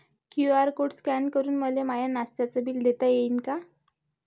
QR code scan करून मले माय नास्त्याच बिल देता येईन का?